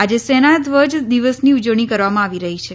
આજે સેના ધ્વજ દિવસની ઉજવણી કરવામાં આવી રહી છે